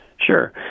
sure